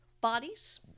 bodies